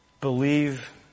believe